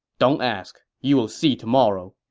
don't ask. you'll see tomorrow.